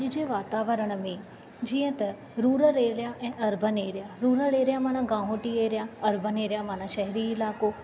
अॼु जे वातावरण में जीअं त रुरल एरिया ऐं अर्बन एरिया रुरल एरिया माना गाहोटी एरिया अर्बन एरिया माना शहरी इलाक़ो